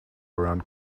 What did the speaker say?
around